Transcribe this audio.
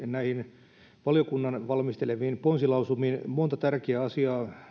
näihin valiokunnan valmistelemiin ponsilausumiin monta tärkeää asiaa